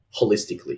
holistically